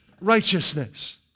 righteousness